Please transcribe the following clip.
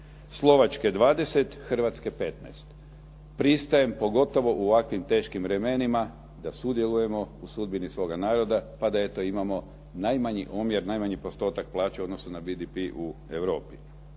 Slovačke 20%, Hrvatske 15%. Pristajem pogotovo u ovakvim teškim vremenima da sudjelujemo u sudbini svoga naroda pa da eto imamo najmanji omjer, najmanji postotak plaće u odnosu na BDP u Europi.